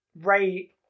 Ray